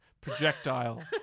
Projectile